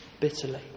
bitterly